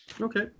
Okay